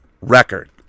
record